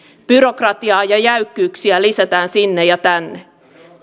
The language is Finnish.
byrokratiaa ja jäykkyyksiä lisätään sinne ja tänne